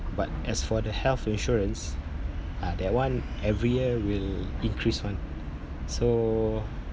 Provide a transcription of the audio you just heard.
but as for the health insurance ah that one every year will increase [one] so